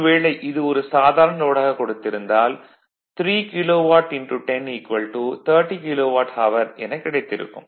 ஒருவேளை இது ஒரு சாதாரண லோடாகக் கொடுத்திருந்தால் 3 கிலோவாட் 10 30 கிலோவாட் அவர் என கிடைத்திருக்கும்